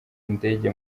indege